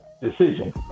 decision